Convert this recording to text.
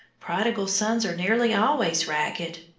prodigal sons are nearly always ragged.